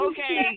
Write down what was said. Okay